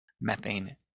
methane